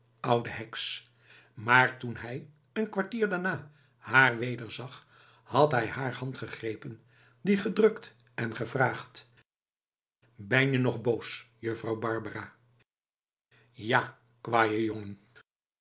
ouwe heks maar toen hij een kwartier daarna haar wederzag had hij haar hand gegrepen die gedrukt en gevraagd ben je nog boos juffrouw barbara ja kwaje jongen